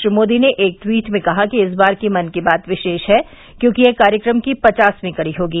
श्री मोदी ने एक ट्वीट में कहा कि इस बार की मन की बात विशेष है क्योंकि यह कार्यक्रम की पचासवीं कड़ी होगी